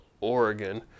oregon